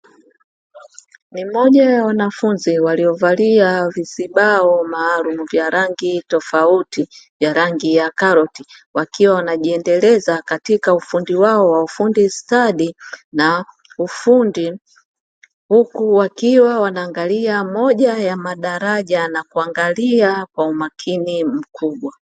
Ni moja ya wanafunzi waliovalia vizibao maalumu vya rangi tofauti vya rangi ya karoti, wakiwa wanajiendeleza katika ufundi wao wa ufundi stadi na ufundi, huku wakiwa wanaangalia moja ya madaraja na kuangalia kwa umakini mkubwa.